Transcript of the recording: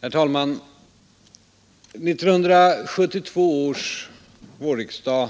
Herr talman! 1973 års vårriksdag